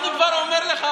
אני כבר אומר לך,